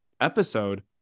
episode